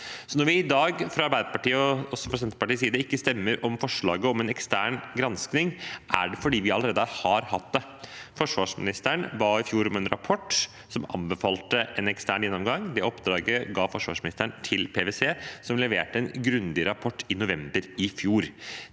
Når vi i dag fra Arbeiderpartiet, og også fra Senterpartiets side, ikke stemmer for forslaget om en ekstern gransking, er det fordi vi allerede har hatt det. Forsvarsministeren ba i fjor om en rapport som anbefalte en ekstern gjennomgang. Det oppdraget ga forsvarsministeren til PwC, som leverte en grundig rapport i november i fjor.